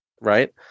right